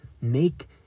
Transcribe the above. make